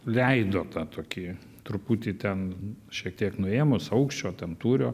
leido tą tokį truputį ten šiek tiek nuėmus aukščio ten tūrio